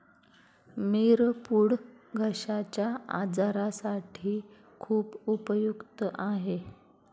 मिरपूड घश्याच्या आजारासाठी खूप उपयुक्त आहे